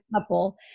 couple